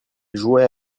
jouait